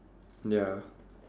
ya